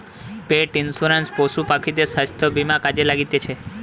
পেট insurance পশু পাখিদের স্বাস্থ্য বীমা কাজে লাগতিছে